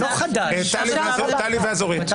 טלי ואז אורית.